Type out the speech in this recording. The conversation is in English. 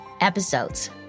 episodes